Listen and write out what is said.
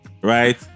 right